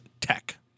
Tech